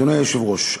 אדוני היושב-ראש,